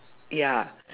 ya